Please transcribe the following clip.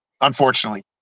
unfortunately